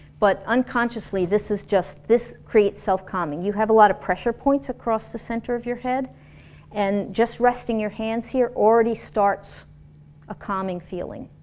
but unconsciously, this is just this creates self-calming you have a lot of pressure points across the center of your head and just resting your hands here already starts a calming feeling.